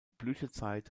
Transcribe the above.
blütezeit